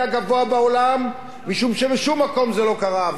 הגבוה בעולם משום שבשום מקום זה לא קרה.